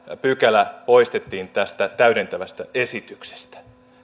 pykälä poistettiin tästä täydentävästä esityksestä